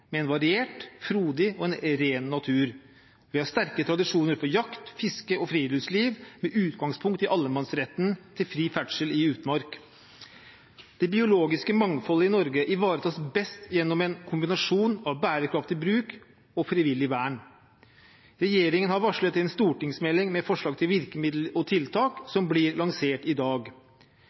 med en variert, frodig og ren natur. Vi har sterke tradisjoner for jakt, fiske og friluftsliv med utgangspunkt i allemannsretten til fri ferdsel i utmark. Det biologiske mangfoldet i Norge ivaretas best gjennom en kombinasjon av bærekraftig bruk og frivillig vern. Regjeringen har varslet en stortingsmelding med forslag til virkemiddel og tiltak som blir lansert i dag.